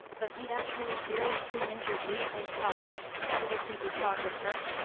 but he actually seriously injured li pengtao, could it be because of her?